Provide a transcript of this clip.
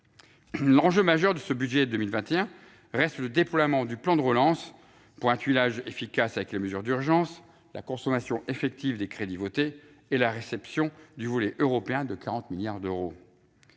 L'enjeu majeur de ce budget rectificatif est le déploiement du plan de relance, en particulier son tuilage efficace avec les mesures d'urgence, la consommation effective des crédits votés et la réception du volet européen de 40 milliards d'euros.